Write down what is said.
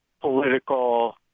political